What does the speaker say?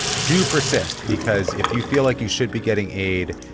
do persist because if you feel like you should be getting aid,